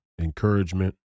encouragement